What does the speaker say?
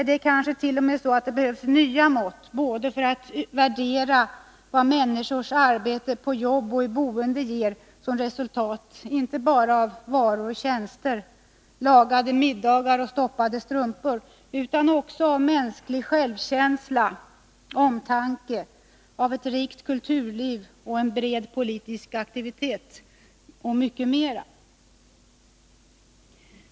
Det kanske t.o.m. behövs nya mått för att värdera vad människors arbete både på jobbet och i boendet ger som resultat, inte bara i form av varor eller tjänster, lagade middagar och stoppade strumpor, utan också i form av mänsklig självkänsla, omtanke, ett rikt kulturliv, en bred politisk aktivitet och mycket mer.